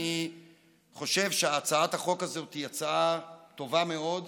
אני חושב שהצעת החוק הזאת היא הצעה טובה מאוד,